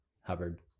Hubbard